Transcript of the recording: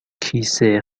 کیسه